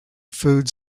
food